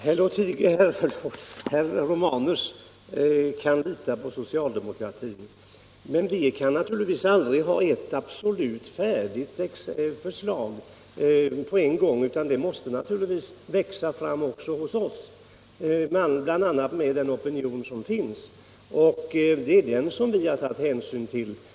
Nr 36 Herr talman! Herr Romanus kan lita på socialdemokratin. Men vi kan ju inte ha ett absolut färdigt förslag på en gång, utan det måste naturligtvis växa fram också hos oss, med den opinion som finns. Och det är den som vi har tagit hänsyn till.